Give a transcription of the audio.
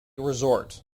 resort